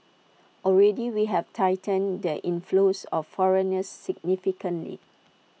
already we have tightened the inflows of foreigners significantly